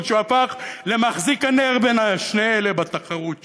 רק שהוא הפך למחזיק הנר בין שני אלה בתחרות שלהם,